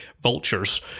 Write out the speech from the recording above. vultures